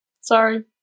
Sorry